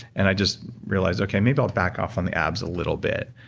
and i just realized, okay, maybe i'll back off on the abs a little bit.